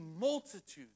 multitudes